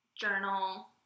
journal